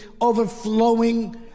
overflowing